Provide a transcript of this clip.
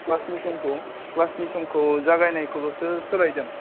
क्लासनि समखौ क्लासनि समखौ जागायनायखौल'सो सोलायदों